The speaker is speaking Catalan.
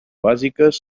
bàsiques